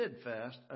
steadfast